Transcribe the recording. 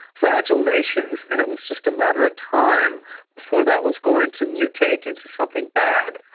fragile nations, and it was just a matter of time before that was going to mutate into something bad.